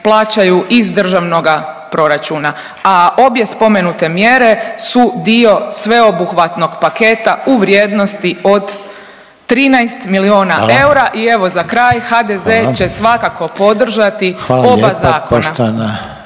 plaćaju iz Državnoga proračuna, a obje spomenute mjere su dio sveobuhvatnog paketa u vrijednosti od 13 miliona eura. …/Upadica: Hvala./… I evo za kraj